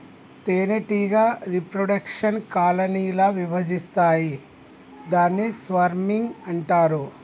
తేనెటీగ reproduction colony ల విభజిస్తాయి దాన్ని స్వర్మింగ్ అంటారు